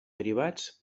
derivats